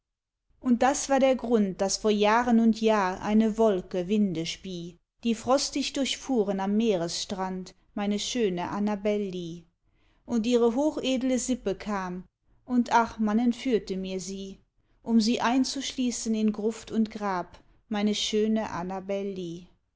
und das war der grund daß vor jahren und jahr eine wolke winde spie die frostig durchfuhren am meeresstrand meine schöne annabel lee und ihre hochedele sippe kam und ach man entführte mir sie um sie einzuschließen in gruft und grab meine schöne annabel